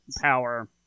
power